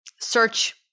search